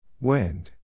Wind